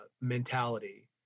mentality